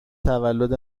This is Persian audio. تولد